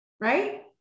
Right